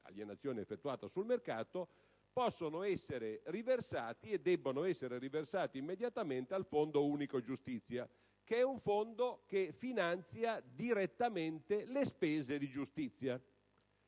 alienazione effettuata sul mercato debbono essere riversati immediatamente sul Fondo unico giustizia, che è un Fondo che finanzia direttamente le spese di giustizia.